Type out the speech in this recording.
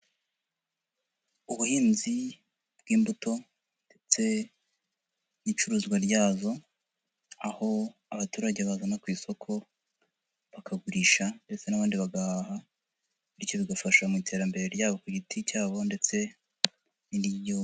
Ubuhinzi bw'imbuto ndetse n'icuruzwa ryazo, aho abaturage bagana ku isoko bakagurisha ndetse n'abandi bagahaha, bityo bigafasha mu iterambere ryabo ku giti cyabo ndetse n'iry'igihugu.